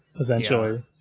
Essentially